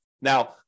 Now